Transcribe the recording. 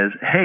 hey